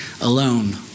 alone